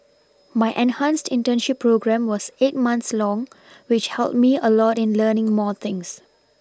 my enhanced internship programme was eight months long which helped me a lot in learning more things